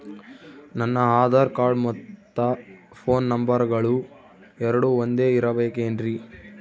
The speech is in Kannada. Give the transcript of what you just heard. ನನ್ನ ಆಧಾರ್ ಕಾರ್ಡ್ ಮತ್ತ ಪೋನ್ ನಂಬರಗಳು ಎರಡು ಒಂದೆ ಇರಬೇಕಿನ್ರಿ?